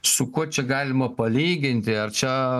su kuo čia galima palyginti ar čia